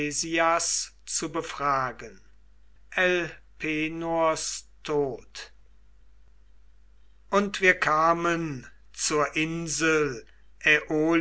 zu befragen elpenors tod und wir kamen zur insel